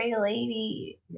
lady